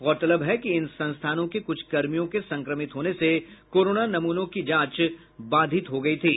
गौरतलब है कि इन संस्थानों के कुछ कर्मियों के संक्रमित होने से कोरोना नमूनों की जांच बाधित हो गयी थी